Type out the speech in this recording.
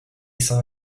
saw